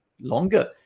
longer